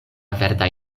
verdaj